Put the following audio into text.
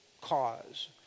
cause